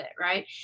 Right